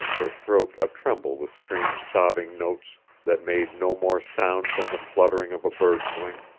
her throat atremble with strange sobbing notes that made no more sound than the fluttering of a bird's wing.